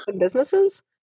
businesses